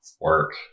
work